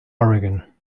oregon